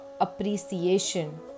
appreciation